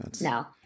no